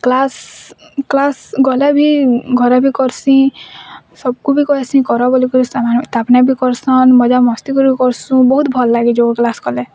class class ଗଲେ ବି ଘରେ ବି କର୍ସିଁ ସବ୍କୁ ବି କହେସି କର ବଲି କରି ସେମାନେ ତାଫନେ ବି କର୍ସନ୍ ମଜାମସ୍ତି କରି କର୍ସୁଁ ବହୁତ୍ ଭଲ୍ ଲାଗେ ଯୋଗ କ୍ଲାସ୍ କଲେ